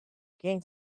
gain